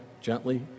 gently